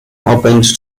opened